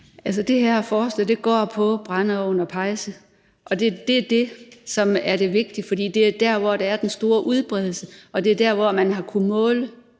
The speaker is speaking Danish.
(UFG): Det her forslag går på brændeovne og pejse, og det er det, som er det vigtige, for det er der, hvor der er den store udbredelse, og det er der, man har kunnet måle,